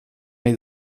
nahi